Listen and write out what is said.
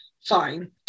Fine